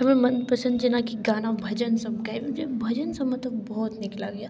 हमर मन पसन्द जेनाकी गाना भजन सब गाबि भजन सबमे तऽ बहुत नीक लागैए